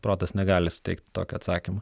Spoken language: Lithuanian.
protas negali suteikti tokio atsakymo